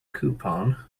coupon